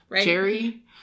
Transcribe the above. Jerry